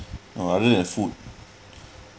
no other than food